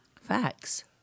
Facts